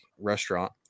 restaurant